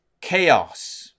chaos